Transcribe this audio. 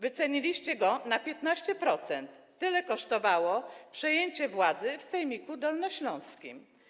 Wyceniliście go na 15% - tyle kosztowało przejęcie władzy w sejmiku dolnośląskim.